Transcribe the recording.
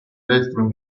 destro